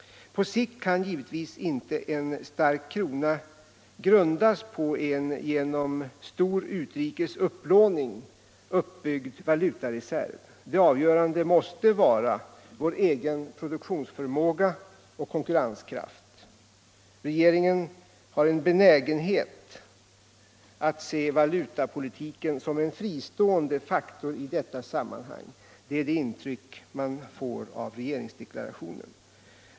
På sikt kan givetvis inte en stark krona grundas på en genom stor utrikes upplåning uppbyggd valutareserv. Det avgörande måste vara vår egen produktionsförmåga och konkurrenskraft. Regeringen har en benägenhet att se valutapolitiken som en fristående faktor i detta sammanhang -— det är det intryck man får av regeringsdeklarationen.